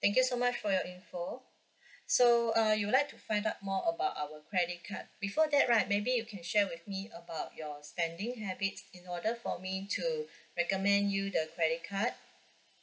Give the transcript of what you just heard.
thank you so much for your info so uh you'd like to find out more about our credit card before that right maybe you can share with me about your spending habits in order for me to recommend you the credit card